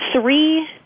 three